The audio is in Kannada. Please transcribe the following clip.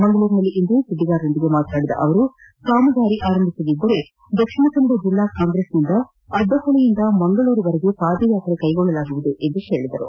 ಮಂಗಳೂರಿನಲ್ಲಿಂದು ಸುದ್ದಿಗಾರರೊಂದಿಗೆ ಮಾತನಾಡಿದ ಅವರು ಕಾಮಗಾರಿ ಆರಂಭಿಸದಿದ್ದರೆ ದಕ್ಷಿಣ ಕನ್ನಡ ಜಿಲ್ಲಾ ಕಾಂಗ್ರೆಸ್ ನಿಂದ ಅಡ್ಡಹೊಳೆಯಿಂದ ಮಂಗಳೂರುವರೆಗೂ ಪಾದಯಾತ್ರೆ ಕೈಗೊಳ್ಳಲಾಗುವುದು ಎಂದು ಹೇಳದರು